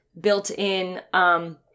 built-in